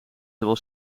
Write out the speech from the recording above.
zowel